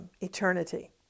eternity